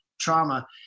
trauma